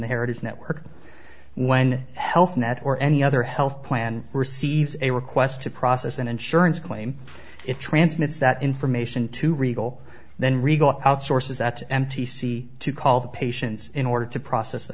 the heritage network when health net or any other health plan receives a request to process an insurance claim it transmits that information to regal then regal outsources that m t c to call the patients in order to process the